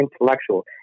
intellectual